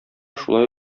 шулай